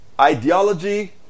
ideology